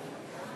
חבר